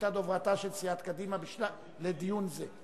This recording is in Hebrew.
חברת הכנסת זוארץ היתה דוברתה של סיעת קדימה לדיון זה.